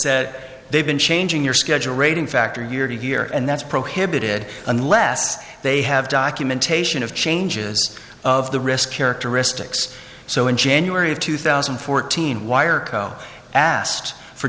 said they've been changing your schedule rating factor year to year and that's prohibited unless they have documentation of changes of the risk characteristics so in january of two thousand and fourteen wire co asked for